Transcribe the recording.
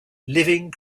living